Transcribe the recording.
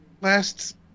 last